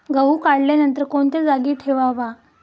गहू काढल्यानंतर कोणत्या जागी ठेवावा?